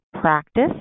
practice